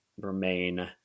remain